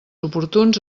oportuns